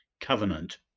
covenant